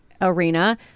arena